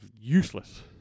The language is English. useless